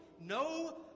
No